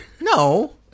No